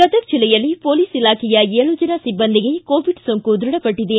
ಗದಗ ಜಿಲ್ಲೆಯಲ್ಲಿ ಪೊಲೀಸ್ ಇಲಾಖೆಯ ಏಳು ಜನ ಸಿಬ್ಬಂದಿಗೆ ಕೋವಿಡ್ ಸೋಂಕು ದೃಢಪಟ್ಟಿದೆ